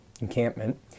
encampment